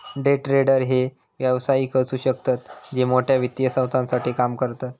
day trader हे व्यावसायिक असु शकतत जे मोठ्या वित्तीय संस्थांसाठी काम करतत